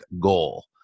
goal